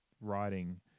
writing